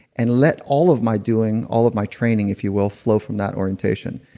and let all of my doing, all of my training, if you will, flow from that orientation.